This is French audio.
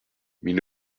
mille